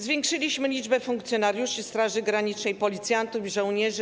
Zwiększyliśmy liczbę funkcjonariuszy Straży Granicznej, policjantów i żołnierzy.